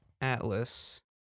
Atlas